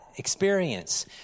experience